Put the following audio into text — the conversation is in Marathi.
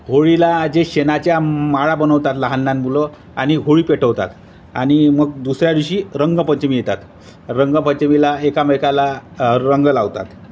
होळीला जे शेणाच्या माळा बनवतात लहान लहान मुलं आणि होळी पेटवतात आणि मग दुसऱ्या दिवशी रंगपंचमी येतात रंगपंचमीला एकामेकाला रंग लावतात